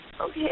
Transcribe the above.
Okay